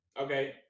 Okay